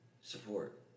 support